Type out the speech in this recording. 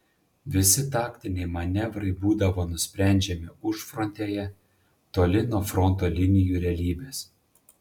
visi taktiniai manevrai būdavo nusprendžiami užfrontėje toli nuo fronto linijų realybės